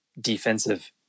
defensive